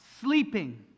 sleeping